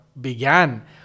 began